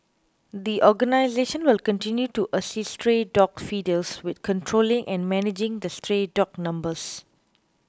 the organisation will continue to assist stray dog feeders with controlling and managing the stray dog numbers